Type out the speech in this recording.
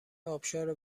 ابشار